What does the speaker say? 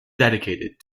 dedicated